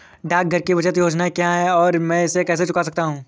डाकघर की बचत योजनाएँ क्या हैं और मैं इसे कैसे चुन सकता हूँ?